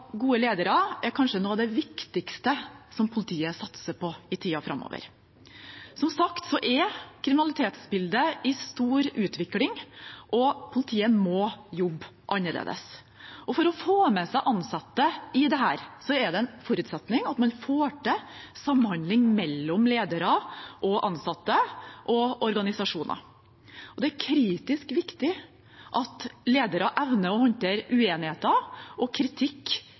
gode ledere er kanskje noe av det viktigste politiet satser på i tiden framover. Som sagt er kriminalitetsbildet i stor utvikling, og politiet må jobbe annerledes. For å få med seg ansatte i dette er det en forutsetning at man får til samhandling mellom ledere og ansatte og organisasjoner. Det er kritisk viktig at ledere evner å håndtere uenigheter og kritikk